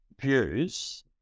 views